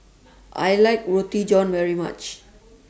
I like Roti John very much